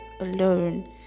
alone